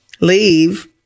leave